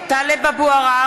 (קוראת בשמות חברי הכנסת) טלב אבו עראר,